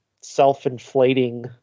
self-inflating